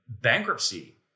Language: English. bankruptcy